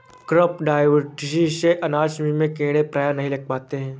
crop diversity से अनाज में कीड़े प्रायः नहीं लग पाते हैं